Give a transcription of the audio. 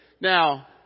Now